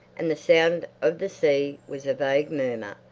and the sound of the sea was a vague murmur,